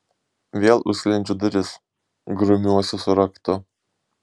vėl užsklendžiu duris grumiuosi su raktu